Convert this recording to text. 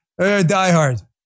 Diehard